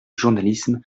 journalisme